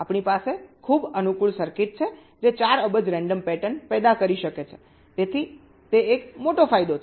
આપણી પાસે ખૂબ અનુકૂળ સર્કિટ છે જે 4 અબજ રેન્ડમ પેટર્ન પેદા કરી શકે છે તેથી તે એક મોટો ફાયદો છે